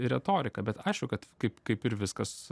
retorika bet aišku kad kaip kaip ir viskas